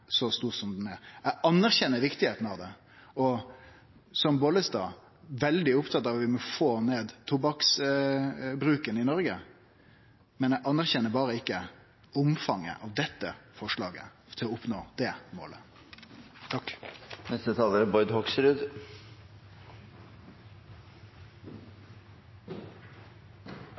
så stor som ho er. Eg anerkjenner viktigheita av det, og eg er, som Bollestad, veldig opptatt av at vi må få ned tobakksbruken i Noreg, men eg anerkjenner berre ikkje omfanget av dette forslaget til å oppnå det målet.